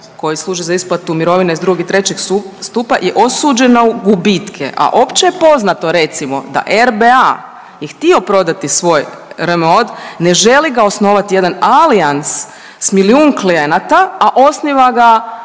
koji služi za isplatu mirovina iz drugog i trećeg stupa je osuđena na gubitke, a opće je poznato recimo da RBA je htio prodati svoj RMOD, ne želi ga osnovati jedan Allianz s milijun klijenata, a osniva ga